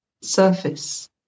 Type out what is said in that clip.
surface